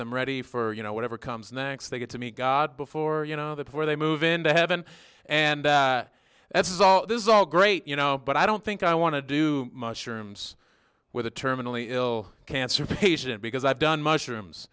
them ready for you know whatever comes next they get to meet god before you know that before they move into heaven and that's all this is all great you know but i don't think i want to do shrooms with a terminally ill cancer patient because i've done mushrooms